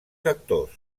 sectors